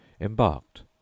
embarked